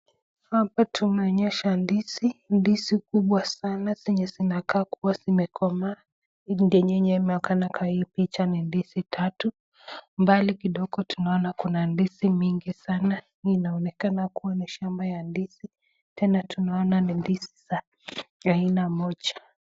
Hapa tumeonyeshwa ndizi, ndizi kubwa sana zenye inakaa kuwa imekomaa, ndizi yenye inaonekana kwa hii picha ni ndizi tatu. Mbali kidogo tunaona kuna ndizi mingi sana inaonekana kuwa ni shamba ya ndizi, tena tunaona ni ndizi ya aina moja.